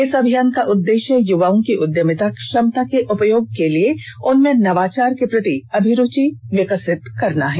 इस अभियान का उद्देश्य युवाओं की उद्यमिता क्षमता के उपयोग के लिए उनमें नवाचार के प्रति अभिरूचि विकसित करना है